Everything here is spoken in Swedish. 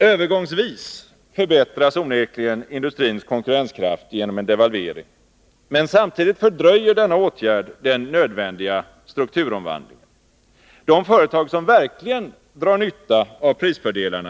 ÖVErgångsvis SÖrErtrag OREF gen industrins Konkunensprent genom en politiska åtgärder devalvering, men samtidigt fördröjer denna åtgärd den nödvändiga strukm.m.